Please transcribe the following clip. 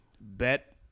Bet